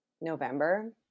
November